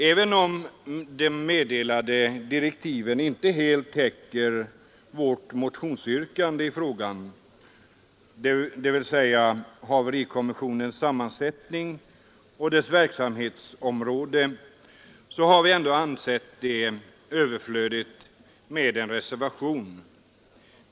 Även om de meddelade direktiven inte helt täcker vårt motionsyrkande i fråga om haverikommissionens sammansättning och dess verksamhetsområde, har vi ansett det vara överflödigt med en reservation.